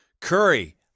Curry